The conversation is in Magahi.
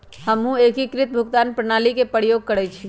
हमहु एकीकृत भुगतान प्रणाली के प्रयोग करइछि